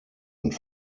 und